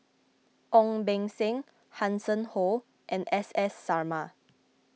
Ong Beng Seng Hanson Ho and S S Sarma